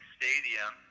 stadium